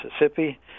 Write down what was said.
Mississippi